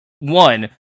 One